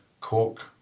cork